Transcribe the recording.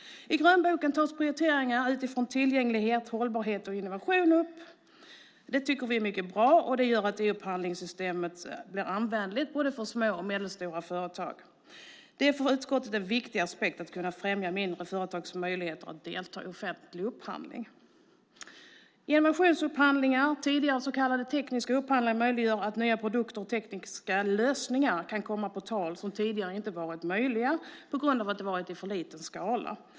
I grönboken tas prioriteringar utifrån tillgänglighet, hållbarhet och innovationer upp. Det tycker vi är mycket bra. Det gör att e-upphandlingssystemet blir användarvänligt för både små och medelstora företag. Det är en för utskottet viktig aspekt att kunna främja mindre företags möjligheter att delta i offentlig upphandling. Innovationsupphandlingar, tidigare så kallade tekniska upphandlingar, möjliggör att nya produkter och tekniska lösningar kan komma på tal som tidigare inte har varit möjliga på grund av att de har varit i för liten skala.